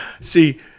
See